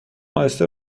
اهسته